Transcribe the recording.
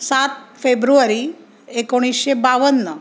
सात फेब्रुवारी एकोणीशे बावन्न